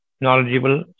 knowledgeable